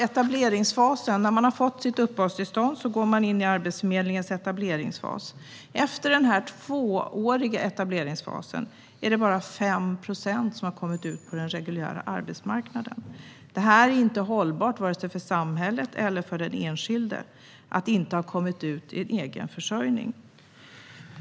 När man har fått sitt uppehållstillstånd går man in Arbetsförmedlingens etableringsfas. Efter den tvååriga etableringsfasen är det bara 5 procent som har kommit ut på den reguljära arbetsmarknaden. Det är inte hållbart för vare sig samhället eller den enskilde att inte ha kommit ut i egen försörjning.